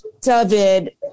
David